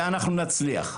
ואנחנו נצליח.